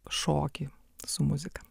šokį su muzika